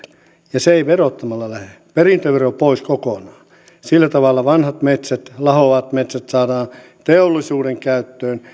ja se ei verottamalla lähde perintövero pois kokonaan sillä tavalla vanhat metsät lahoavat metsät saadaan teollisuuden käyttöön